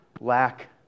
lack